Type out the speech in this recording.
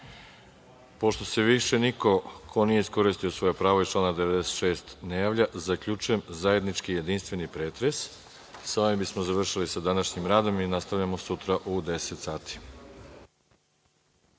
se više niko ko nije iskoristio svoje pravo iz člana 96. ne javlja, zaključujem zajednički jedinstveni pretres. Sa ovim završavamo sa današnjim radom. Nastavljamo sutra u 10.00